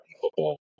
football